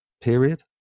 period